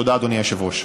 תודה, אדוני היושב-ראש.